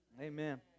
Amen